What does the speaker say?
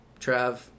Trav